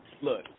look